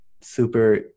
super